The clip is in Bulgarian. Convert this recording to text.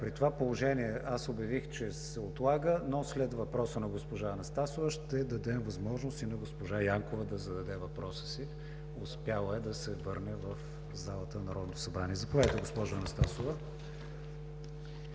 зала.) Аз обявих, че се отлага, но след въпроса на госпожа Анастасова ще дам възможност и на госпожа Янкова да зададе въпроса си – успяла е да се върне в сградата на Народното събрание. Заповядайте, госпожо Анастасова.